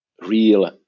real